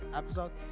episode